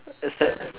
except